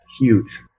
Huge